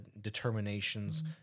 determinations